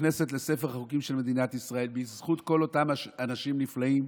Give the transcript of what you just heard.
שנכנסת לספר החוקים של מדינת ישראל בזכות כל אותם אנשים נפלאים,